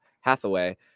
Hathaway